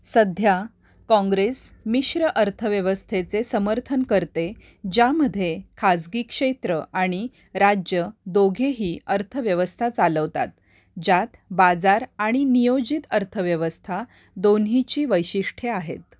सध्या काँग्रेस मिश्र अर्थव्यवस्थेचे समर्थन करते ज्यामध्ये खाजगी क्षेत्र आणि राज्य दोघेही अर्थव्यवस्था चालवतात ज्यात बाजार आणि नियोजित अर्थव्यवस्था दोन्हीची वैशिष्ट्ये आहेत